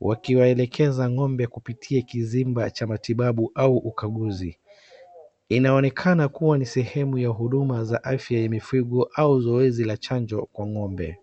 wakiwaelekeza ng'ombe kupitia kizimba cha matibabu au ukaguzi. Inaonekana kuwa ni sehemu ya huduma za afya ya mifugo au zoezi la chanjo kwa ng'ombe.